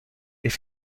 est